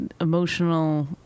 emotional